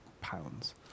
pounds